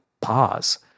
pause